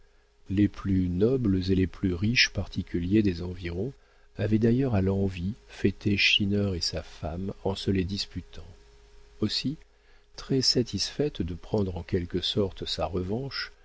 les plus nobles et les plus riches particuliers des environs avaient d'ailleurs à l'envi fêté schinner et sa femme en se les disputant aussi très satisfaite de prendre en quelque sorte sa revanche